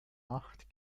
acht